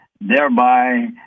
thereby